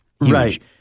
Right